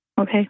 Okay